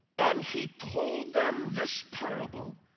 and he told them this parable,